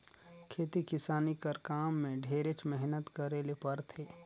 खेती किसानी कर काम में ढेरेच मेहनत करे ले परथे